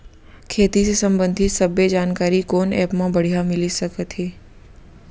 खेती के संबंधित सब्बे जानकारी कोन एप मा बढ़िया मिलिस सकत हे?